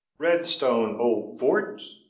redstone old fort